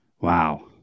Wow